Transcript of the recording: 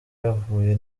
yahuye